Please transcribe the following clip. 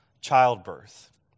childbirth